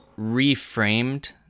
reframed